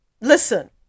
Listen